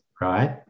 right